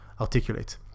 articulate